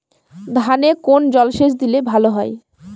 ধানে কোন জলসেচ দিলে ভাল হয়?